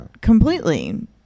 completely